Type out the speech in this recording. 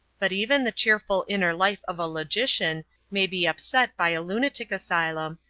but even the cheerful inner life of a logician may be upset by a lunatic asylum,